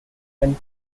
and